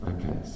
Okay